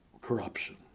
corruption